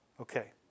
Okay